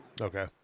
Okay